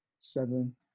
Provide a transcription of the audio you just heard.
seven